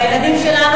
לילדים שלנו,